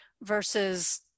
versus